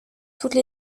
toutes